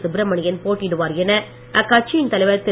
சுப்ரமணியன் போட்டியிடுவார் என அக்கட்சியின் தலைவர் திரு